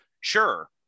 Sure